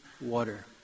water